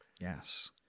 Yes